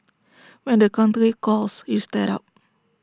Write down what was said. when the country calls you step up